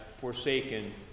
forsaken